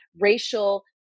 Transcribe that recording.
racial